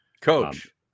coach